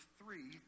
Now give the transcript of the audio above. three